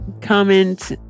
comment